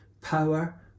power